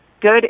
good